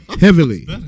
heavily